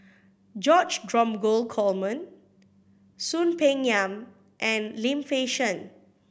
George Dromgold Coleman Soon Peng Yam and Lim Fei Shen